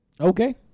okay